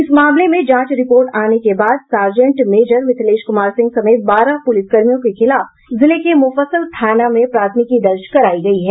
इस मामले में जांच रिपोर्ट आने के बाद सार्जेंट मेजर मिथिलेश कुमार सिंह समेत बारह पुलिसकर्मियों के खिलाफ जिले के मुफस्सिल थाना में प्राथमिकी दर्ज कराई गई है